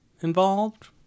involved